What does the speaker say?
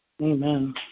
Amen